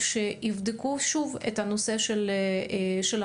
שיבדקו שוב את הנושא של הפיילוט.